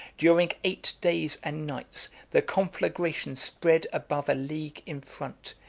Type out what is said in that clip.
during eight days and nights, the conflagration spread above a league in front,